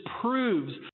proves